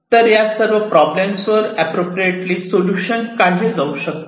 तर या सर्व प्रॉब्लेमसवर अँप्रोप्रिएटली सोल्युशन काढले जाऊ शकते